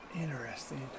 Interesting